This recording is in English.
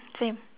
same